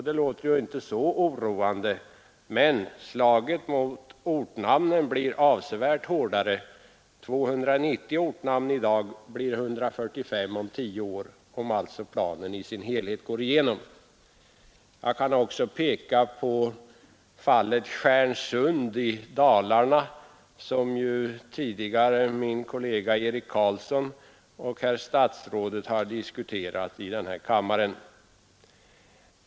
Det låter inte så oroande, men slaget mot ortnamnen blir avsevärt hårdare: 290 ortnamn i dag blir 145 om tio år om planen i sin helhet går igenom. Jag kan också peka på fallet Stjärnsund i Dalarna, som min kollega herr Carlsson i Vikmanshyttan och statsrådet tidigare har diskuterat i den här kammaren.